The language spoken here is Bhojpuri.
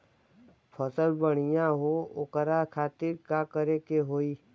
फसल बढ़ियां हो ओकरे खातिर का करे के होई?